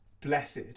Blessed